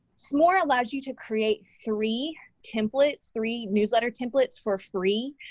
smore allows you to create three templates, three newsletter templates for free,